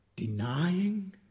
Denying